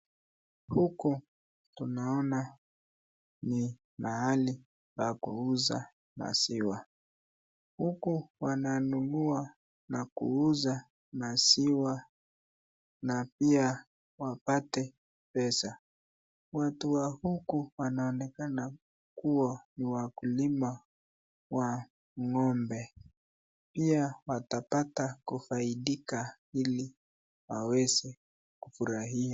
Huku tunaona ni mahali pa kuuza maziwa. Huku wananunua na kuuza maziwa na pia wapate pesa. Watu wa huku wanaonekana kua ni wakulima wa ng'ombe. Pia watapata kufaidika ili waweze kufurahia.